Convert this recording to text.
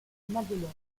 maguelone